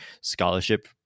scholarship